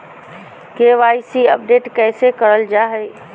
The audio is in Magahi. के.वाई.सी अपडेट कैसे करल जाहै?